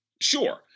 Sure